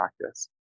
practice